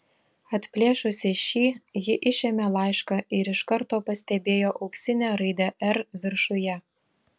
atplėšusi šį ji išėmė laišką ir iš karto pastebėjo auksinę raidę r viršuje